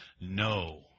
no